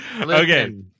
Okay